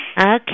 Okay